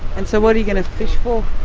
and so what are you going to fish for?